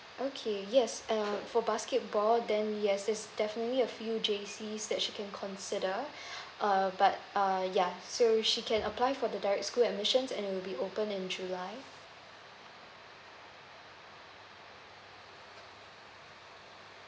okay yes uh for basketball then yes there's definitely a few J_C that you can consider uh but uh ya so she can apply for the direct school admissions and it'll be open in July